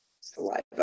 saliva